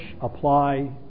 apply